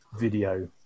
video